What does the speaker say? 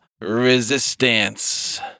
resistance